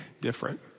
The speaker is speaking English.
different